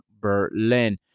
Berlin